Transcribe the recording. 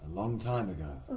long time ago,